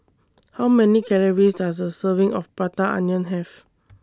How Many Calories Does A Serving of Prata Onion Have